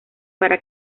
para